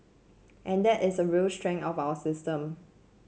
and that is a real strength of our system